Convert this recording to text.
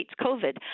COVID